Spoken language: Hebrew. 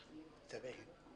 אותו.